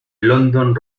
london